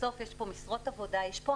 בסוף יש פה משרות עבודה ויש פה אפילו